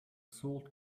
sword